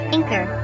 Anchor